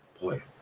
boy